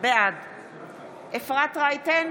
בעד אפרת רייטן